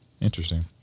Interesting